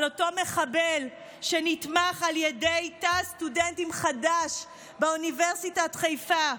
על אותו מחבל שנתמך על ידי תא הסטודנטים חד"ש באוניברסיטת חיפה.